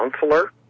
counselor